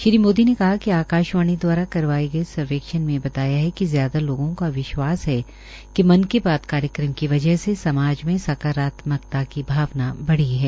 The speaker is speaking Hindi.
श्री मोदी ने कहा कि आकाशवाणी द्वारा करवाए गए सर्वेक्षण मे बताया कि ज्यादा लोगों का विश्वास है कि मन की बात कार्यक्रम की वजह से समाज में सकारात्मकता की भावना बढ़ी है